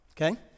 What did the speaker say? Okay